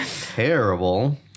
terrible